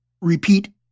repeat